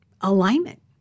alignment